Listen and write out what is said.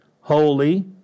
holy